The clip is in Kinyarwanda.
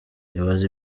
ibaze